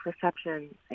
perception